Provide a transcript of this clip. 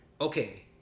Okay